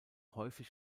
häufig